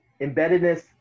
Embeddedness